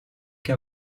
che